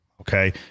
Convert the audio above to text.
okay